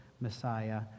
Messiah